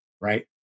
right